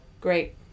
Great